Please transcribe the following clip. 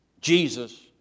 Jesus